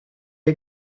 est